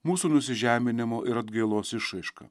mūsų nusižeminimo ir atgailos išraiška